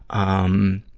um,